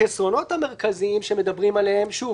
החסרונות המרכזיים שמדברים עליהם שוב,